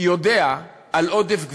יודע על עודף גבייה,